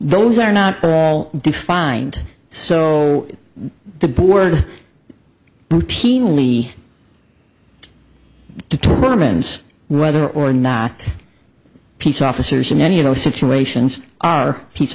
those are not defined so the board routinely determines whether or not peace officers in any of those situations are peace